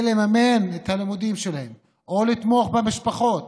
לממן את הלימודים שלהם או לתמוך במשפחות